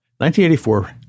1984